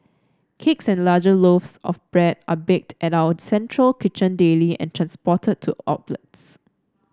cakes and larger loaves of bread are baked at our central kitchen daily and transported to outlets